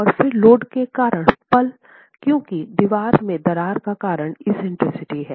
और फिर लोड के कारण पल क्योंकि दीवार में दरार के कारण एक्सेंट्रिसिटी है